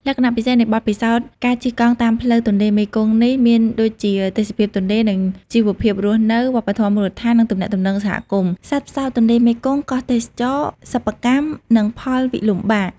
លក្ខណៈពិសេសនៃបទពិសោធន៍ការជិះកង់តាមផ្លូវទន្លេមេគង្គនេះ មានដូចជា ទេសភាពទន្លេ និងជីវភាពរស់នៅ វប្បធម៌មូលដ្ឋាន និងទំនាក់ទំនងសហគមន៍ សត្វផ្សោតទន្លេមេគង្គ កោះទេសចរណ៍ សិប្បកម្ម និងផលវិលំបាក។